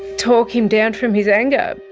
talk him down from his anger.